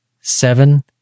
seven